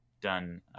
done